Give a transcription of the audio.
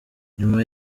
nyuma